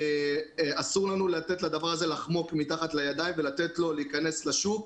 אסור לנו לתת לדבר הזה לחמוק מתחת לידיים ולתת לו להיכנס לשוק.